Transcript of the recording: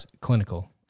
clinical